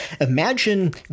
Imagine